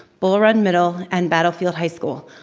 bull run middle and battlefield high school.